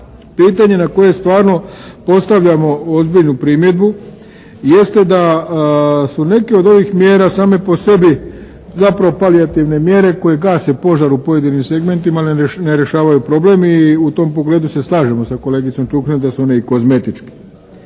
pitanje na koje stvarno postavljamo ozbiljnu primjedbu jeste da su neke od ovih mjera same po sebi zapravo palijativne mjere koje gase požar u pojedinim segmentima, ali ne rješavaju problem i u tom pogledu se slažemo sa kolegicom Čuhnil da su one i kozmetičke.